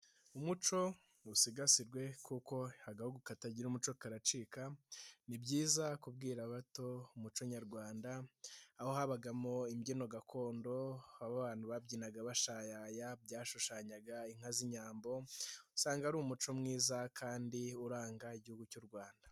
Umuco usigasirwe kuko agahugu katagira umuco karacika, ni byiza kubwira abato umuco nyarwanda, aho habagamo imbyino gakondo babyinaga bashayaya byashushanyaga inka z'inyambo, usanga ari umuco mwiza kandi uranga igihugu cy'u Rwanda.